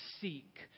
seek